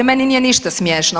Meni nije ništa smiješno.